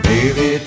Baby